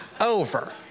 over